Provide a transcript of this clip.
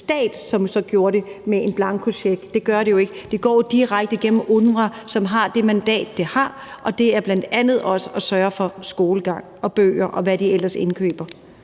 til en stat, hvor man så gør det med en blankocheck. Sådan gør man det jo ikke. Det går jo direkte igennem UNRWA, som har det mandat, de har, og det handler bl.a. også om at sørge for skolegang og bøger, og hvad de ellers indkøber.